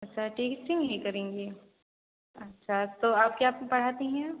अच्छा टीचिंग ही करेंगी अच्छा तो आप क्या पढ़ाती हैं आप